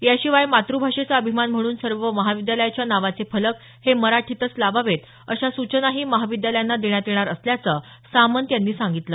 याशिवाय मातृभाषेचा अभिमान म्हणून सर्व महाविद्यालयाच्या नावाचे फलक हे मराठीतच लावावेत अशा सूचनाही महाविद्यालयांना देण्यात येणार असल्याचं सामंत यांनी सांगितलं